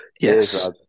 Yes